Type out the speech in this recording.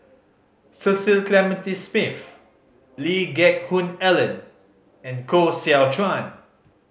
Cecil Clementi Smith Lee Geck Hoon Ellen and Koh Seow Chuan